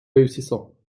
réussissons